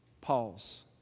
pause